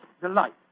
delight